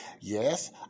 Yes